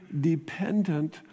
dependent